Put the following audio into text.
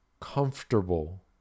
comfortable